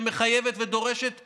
שמחייבת ודורשת תשובה,